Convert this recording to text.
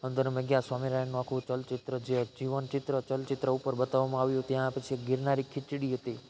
અંદર અમે ગયા સ્વામિનારાયણનું આખું ચલચિત્ર જે જીવનચિત્ર ચલચિત્ર ઉપર બતાવામાં આવ્યું ત્યાં પછી ગિરનારી ખિચડી હતી